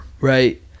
right